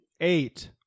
Eight